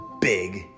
big